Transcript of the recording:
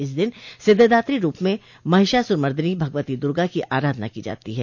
इस दिन सिद्धिदात्री रूप में महिषासुरमर्दिनी भगवती दुर्गा की आराधना की जाती है